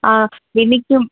ആ ബിനിക്കും